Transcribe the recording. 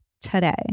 today